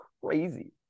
crazy